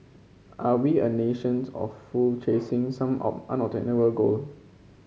are we a nations of fool chasing some all goal